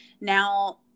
now